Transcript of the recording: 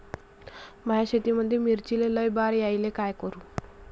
माया शेतामंदी मिर्चीले लई बार यायले का करू?